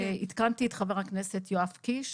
עדכנתי את חבר הכנסת יואב קיש